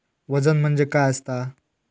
वजन म्हणजे काय असता?